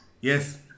Yes